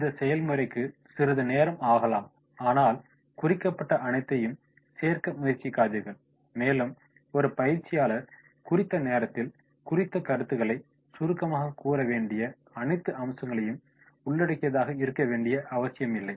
இந்த செயல்முறைக்கு சிறிது நேரம் ஆகலாம் ஆனால் குறிக்கப்பட்ட அனைத்தையும் சேர்க்க முயற்சிக்காதீர்கள் மேலும் ஒரு பயிற்சியாளர் குறித்த நேரத்தில் குறித்த கருத்துகளை சுருக்கமாகக் கூற வேண்டிய அனைத்து அம்சங்களையும் உள்ளடக்கியதாக இருக்க வேண்டிய அவசியமில்லை